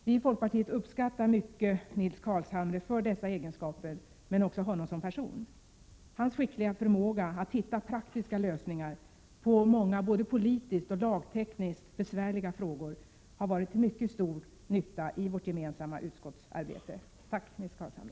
Vi i folkpartiet uppskattar mycket Nils Carlshamre för dessa egenskaper, men vi uppskattar honom också som person. Hans skickliga förmåga att hitta praktiska lösningar på många både politiskt och lagtekniskt besvärliga frågor har varit till mycket stor nytta i vårt gemensamma utskottsarbete. Tack, Nils Carlshamre!